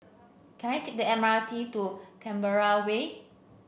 can I take the M R T to Canberra Way